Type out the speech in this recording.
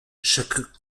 chaque